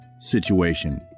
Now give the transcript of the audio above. situation